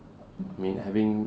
mean having